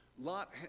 lot